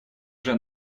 уже